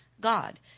God